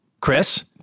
Chris